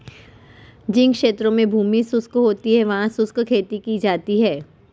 जिन क्षेत्रों में भूमि शुष्क होती है वहां शुष्क खेती की जाती है